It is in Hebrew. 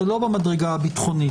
לא במדרגה הביטחונית.